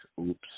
oops